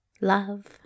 love